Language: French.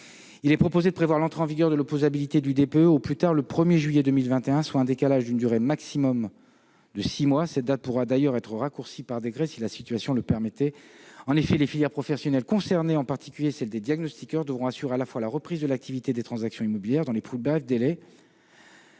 Il est proposé de prévoir l'entrée en vigueur de l'opposabilité des DPE au plus tard le 1 juillet 2021, soit un décalage d'une durée maximale de six mois. Cette date pourrait être avancée par décret si la situation le permettait. En effet, les filières professionnelles concernées, en particulier celle des diagnostiqueurs, devront à la fois assurer la reprise de l'activité des transactions immobilières dans les plus brefs délais,